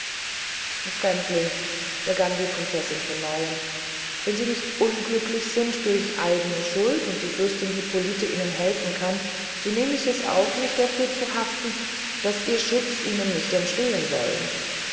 fremdling begann die prinzessin von neuem wenn sie nicht unglücklich sind durch eigne schuld und die fürstin hippolite ihnen helfen kann so nehme ich es auf mich dafür zu haften daß ihr schutz ihnen nicht entstehn soll